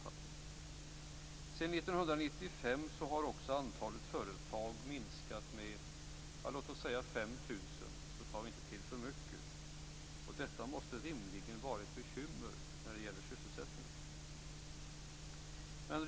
Sedan 1995 har också antalet företag minskat med låt oss säga 5 000; då tar vi inte till för mycket. Detta måste rimligen vara ett bekymmer när det gäller sysselsättningen.